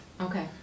okay